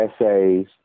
essays